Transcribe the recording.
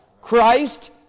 Christ